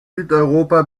südeuropa